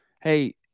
hey –